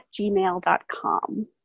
gmail.com